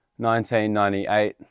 1998